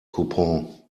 coupon